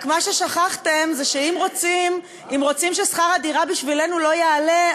רק מה ששכחתם זה שאם רוצים ששכר הדירה בשבילנו לא יעלה,